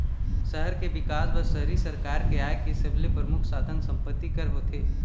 सहर के बिकास बर शहरी सरकार के आय के सबले परमुख साधन संपत्ति कर होथे